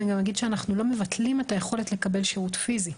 אנחנו נגיד שאנחנו לא מבטלים את היכולת לקבל שירות פיזי.